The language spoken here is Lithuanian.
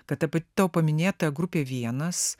kad apie tavo paminėtą grupė vienas